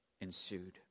ensued